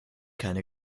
keine